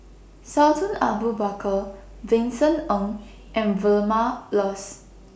Sultan Abu Bakar Vincent Ng and Vilma Laus